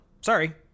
Sorry